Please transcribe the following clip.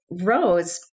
Rose